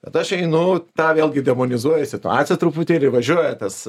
bet aš einu tą vėlgi demonizuoja situaciją truputėlį važiuoja tas